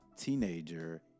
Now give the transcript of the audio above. teenager